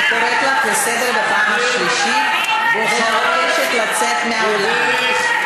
אני קוראת לך לסדר בפעם השלישית ומבקשת שתצאי מהאולם.